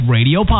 Radio